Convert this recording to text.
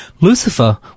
Lucifer